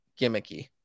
gimmicky